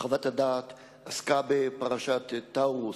חוות הדעת עסקה בפרשת "טאורוס",